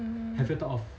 hmm